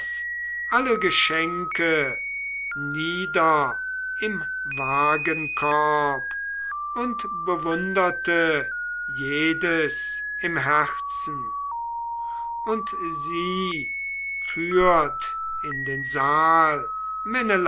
alle geschenke nieder im wagenkorb und bewunderte jedes im herzen und sie führt in den saal